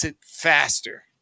faster